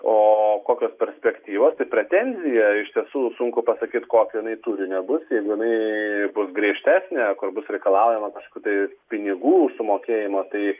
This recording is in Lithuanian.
o kokios perspektyvos pretenzija iš tiesų sunku pasakyt kokio jinai turinio bus jeigu jinai bus griežtesnė bus reikalaujama kažkokių tai pinigų sumokėjimo tai